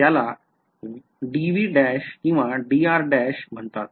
त्याला किंवा म्हणतात